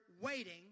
waiting